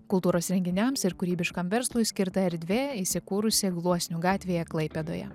kultūros renginiams ir kūrybiškam verslui skirta erdvė įsikūrusi gluosnių gatvėje klaipėdoje